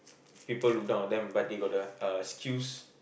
people look down on them but they got the uh skills